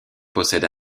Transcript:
possède